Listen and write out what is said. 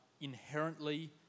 inherently